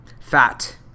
Fat